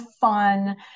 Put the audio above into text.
fun